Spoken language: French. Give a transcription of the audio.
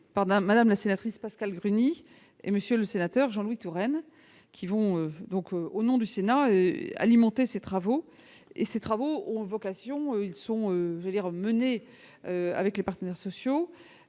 madame la sénatrice Pascale Gruny et monsieur le sénateur Jean-Louis Touraine qui vont donc au nom du Sénat alimenter ses travaux et ces travaux ont vocation, ils sont véreux menée avec les partenaires sociaux,